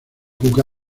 cuca